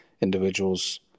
individuals